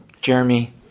Jeremy